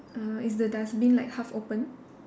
uh is the dustbin like half opened